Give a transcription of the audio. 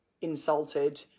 insulted